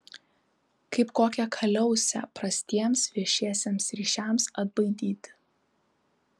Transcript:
kaip kokią kaliausę prastiems viešiesiems ryšiams atbaidyti